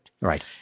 Right